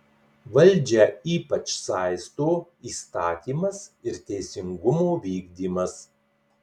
valdžią ypač saisto įstatymas ir teisingumo vykdymas